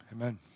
Amen